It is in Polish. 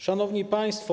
Szanowni Państwo!